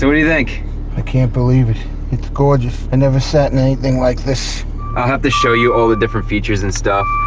do do you think i can't believe it it's gorgeous i never sat in anything like this i have to show you all the different features and stuff,